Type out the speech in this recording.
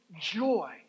joy